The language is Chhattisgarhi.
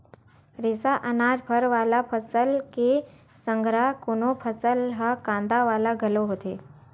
रेसा, अनाज, फर वाला फसल के संघरा कोनो फसल ह कांदा वाला घलो होथे